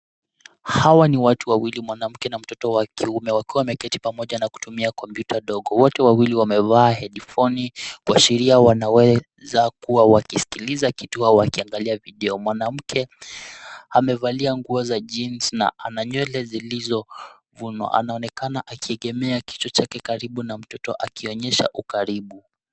Hawa ni watu wawili mwanamke na mtoto wakiume wakiwa wameketi pamoja na kutumia kopyuta dogo, wote wawili wamevaa headphone kuashiria wanaweza kuwa wakisikiliza kitu au wakiangalia vidio. Mwanamke amevalia nguo za jeans na anaywele zilizo vunwa anaoenekana akiegemea kichwa chake karibu na mtoto akionyesha ukaribu.